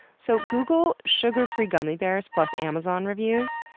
so, google sugar free gummy bears plus amazon reviews,